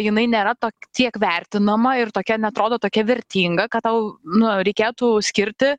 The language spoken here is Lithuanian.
jinai nėra to tiek vertinama ir tokia neatrodo tokia vertinga kad tau nu reikėtų skirti